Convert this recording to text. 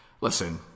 Listen